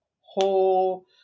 whole